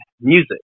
music